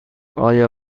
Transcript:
آیا